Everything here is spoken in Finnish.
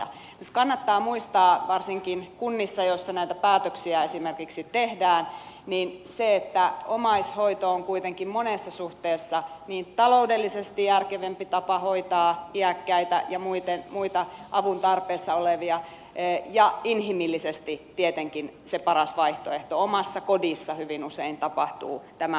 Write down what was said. nyt kannattaa muistaa varsinkin kunnissa joissa näitä päätöksiä esimerkiksi tehdään se että omaishoito on kuitenkin monessa suhteessa taloudellisesti järkevämpi tapa hoitaa iäkkäitä ja muita avun tarpeessa olevia ja inhimillisesti tietenkin se paras vaihtoehto omassa kodissa hyvin usein tapahtuu tämä hoitotyö